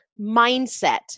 mindset